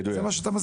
זה מה שאתה מסביר?